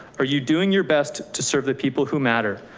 are you doing your best to serve the people who matter?